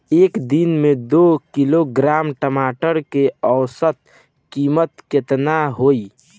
एक दिन में दो किलोग्राम टमाटर के औसत कीमत केतना होइ?